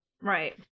Right